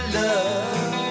love